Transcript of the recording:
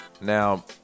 Now